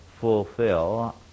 fulfill